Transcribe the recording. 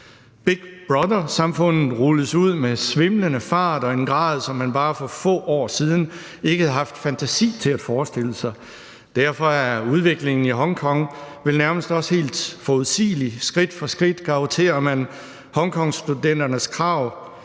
Big brother-samfundet rulles ud med svimlende fart og i en grad, som man bare for få år siden ikke havde haft fantasi til at forestille sig. Derfor er udviklingen i Hongkong vel nærmest også helt forudsigelig. Skridt for skridt garrotterer man hongkongstudenternes krav